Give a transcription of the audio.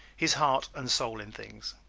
his heart and soul in things